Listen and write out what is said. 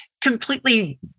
completely